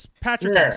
Patrick